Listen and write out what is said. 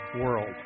world